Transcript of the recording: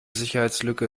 sicherheitslücke